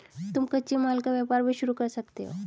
तुम कच्चे माल का व्यापार भी शुरू कर सकते हो